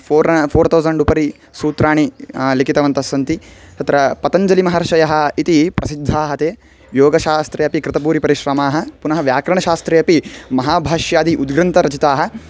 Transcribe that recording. four four thousand उपरि सूत्राणि लिखितवन्तः सन्ति तत्र पतञ्जलिमहर्षयः इति प्रसिद्धाः ते योगशास्त्रे अपि कृतभूरिपरिश्रमाः पुनः व्याकरणशास्त्रे अपि महाभाष्यादि उद्ग्रन्थरचयितारः